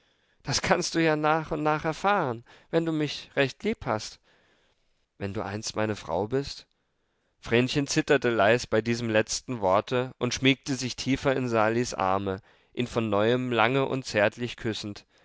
das kannst du ja nach und nach erfahren wenn du mich recht lieb hast wenn du einst meine frau bist vrenchen zitterte leis bei diesem letzten worte und schmiegte sich tiefer in salis arme ihn von neuem lange und zärtlich küssend